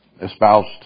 espoused